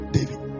David